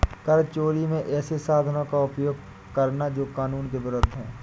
कर चोरी में ऐसे साधनों का उपयोग करना जो कानून के विरूद्ध है